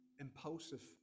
impulsive